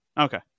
Okay